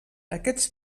aquests